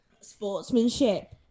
sportsmanship